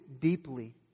deeply